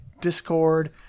Discord